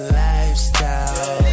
lifestyle